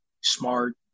smart